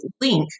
link